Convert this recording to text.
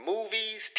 Movies